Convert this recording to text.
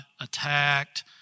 attacked